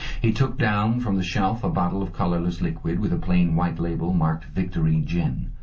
he took down from the shelf a bottle of colourless liquid with a plain white label marked victory gin.